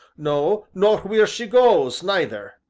no, nor wheer she goes, neither!